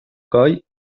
coll